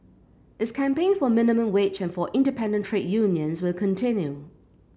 its campaign for minimum wage and for independent trade unions will continue